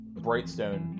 Brightstone